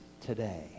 today